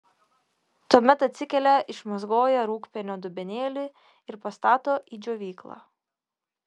tuomet atsikelia išmazgoja rūgpienio dubenėlį ir pastato į džiovyklą